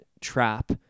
trap